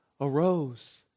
arose